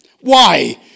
Why